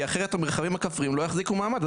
כי אחרת המרחבים הכפריים לא יחזיקו מעמד.